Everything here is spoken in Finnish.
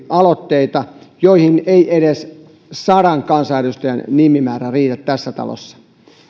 aloitteita mihin ei edes sadan kansanedustajan nimimäärä riitä tässä talossa